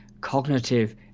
cognitive